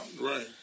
Right